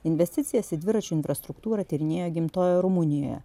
investicijas į dviračių infrastruktūrą tyrinėja gimtojoje rumunijoje